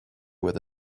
with